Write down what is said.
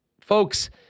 folks